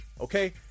Okay